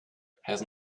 has